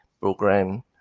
program